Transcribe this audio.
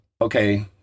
Okay